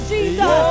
Jesus